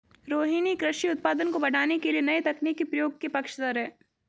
रोहिनी कृषि उत्पादन को बढ़ाने के लिए नए तकनीक के प्रयोग के पक्षधर है